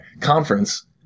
Conference